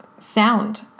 sound